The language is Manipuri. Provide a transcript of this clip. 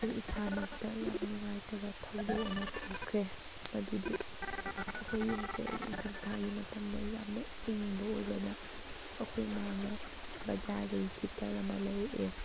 ꯑꯩ ꯏꯁꯥꯃꯛꯇ ꯌꯥꯝ ꯅꯨꯡꯉꯥꯏꯇꯕ ꯊꯧꯗꯣꯛ ꯑꯃ ꯊꯣꯛꯈ꯭ꯔꯦ ꯃꯗꯨꯗꯤ ꯑꯩꯈꯣꯏ ꯌꯨꯝꯁꯦ ꯏꯪꯊꯝꯊꯥꯒꯤ ꯃꯇꯝꯗ ꯌꯥꯝꯅ ꯏꯪꯕ ꯑꯣꯏꯕꯅ ꯑꯩꯈꯣꯏ ꯏꯃꯥꯅ ꯕꯖꯥꯔꯗꯩ ꯍꯤꯇꯔ ꯑꯃ ꯂꯩꯔꯛꯑꯦꯕ